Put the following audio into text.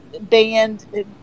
banned